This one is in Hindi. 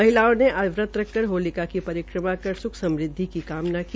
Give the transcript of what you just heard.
महिलाओं ने आज वत रखकर होलिका की प्ररिक्रमा कर स्खसमृद्वि की कामना की